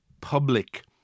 public